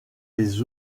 les